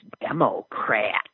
Democrat